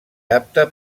apta